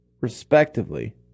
respectively